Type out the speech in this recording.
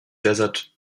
desert